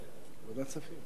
ועדת הכספים.